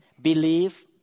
believe